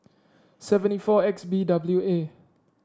seventy four X B W A